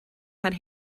had